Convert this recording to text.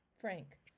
Frank